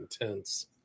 intense